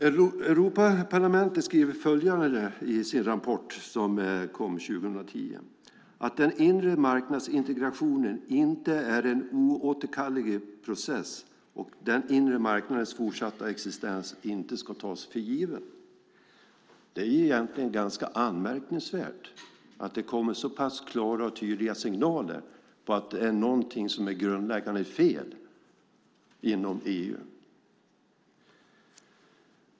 Europaparlamentet skriver i sin rapport som kom 2010 att den inre marknadsintegrationen inte är en oåterkallelig process och att den inre marknadens fortsatta existens inte ska tas för given. Det är egentligen ganska anmärkningsvärt att det kommer så pass klara och tydliga signaler på att det är någonting som är grundläggande fel inom EU.